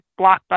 blockbuster